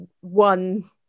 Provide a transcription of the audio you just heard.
one